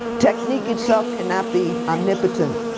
technique itself cannot be omnipotent,